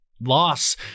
loss